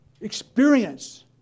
experience